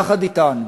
יחד אתנו.